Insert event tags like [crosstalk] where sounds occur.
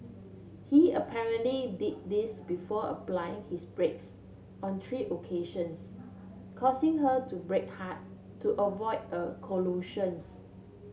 he apparently did this before applying his brakes on three occasions causing her to brake hard to avoid a [unintelligible]